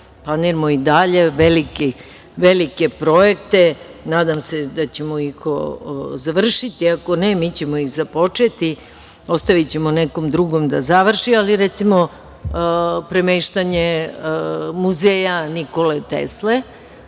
planiramo i dalje, velike projekte, nadam se da ćemo ih završiti, a ako ne, mi ćemo ih započeti, ostavićemo nekom drugom da završi, ali recimo, premeštanje Muzeja „Nikole Tesle“